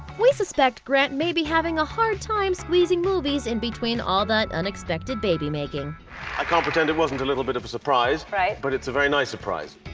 we suspect grant may be having a hard time squeezing movies in between all that unexpected baby making i can't pretend it wasn't a little bit of a surprise, but it's a very nice surprise.